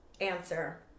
answer